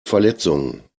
verletzung